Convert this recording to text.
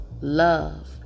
love